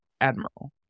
admiral